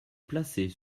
placer